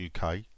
uk